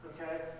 Okay